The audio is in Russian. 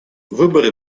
выборы